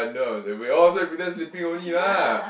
no we all just pretend sleeping only lah